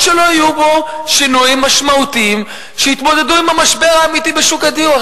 שלא יהיו בו שינויים משמעותיים שיתמודדו עם המשבר האמיתי בשוק הדיור.